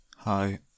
Hi